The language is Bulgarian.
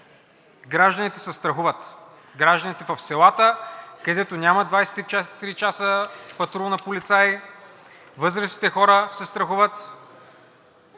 гражданите се страхуват – хората в селата, където няма 24 часа патрул на полицаи, възрастните хора се страхуват,